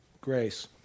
Grace